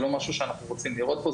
זה לא משהו שאנחנו רוצים לראות פה.